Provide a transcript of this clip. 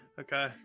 Okay